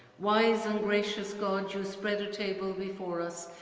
wise and gracious god, you spread a table before us,